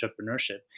entrepreneurship